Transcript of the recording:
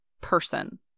person